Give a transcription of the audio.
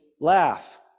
laugh